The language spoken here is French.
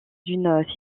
une